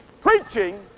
preaching